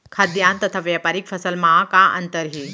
खाद्यान्न तथा व्यापारिक फसल मा का अंतर हे?